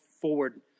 forward